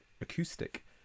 acoustic